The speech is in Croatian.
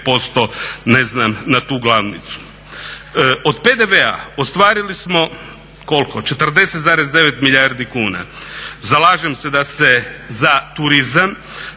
ne znam na tu glavnicu. Od PDV-a ostvarili smo, koliko, 40,9 milijardi kuna, zalažem se da se za turizam